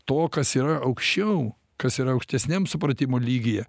to kas yra aukščiau kas ir aukštesniam supratimo lygyje